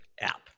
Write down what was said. app